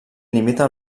limita